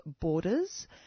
Borders